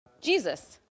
Jesus